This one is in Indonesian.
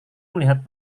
melihat